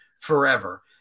forever